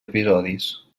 episodis